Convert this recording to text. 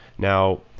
now,